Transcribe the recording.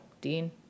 Dean